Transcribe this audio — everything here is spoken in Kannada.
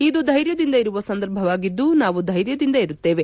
ಇದು ಧೈರ್ಯದಿಂದ ಇರುವ ಸಂದರ್ಭವಾಗಿದ್ದು ೆನಾವು ಧೈರ್ಯದಿಂದ ಇರುತ್ತೇವೆ